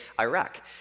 Iraq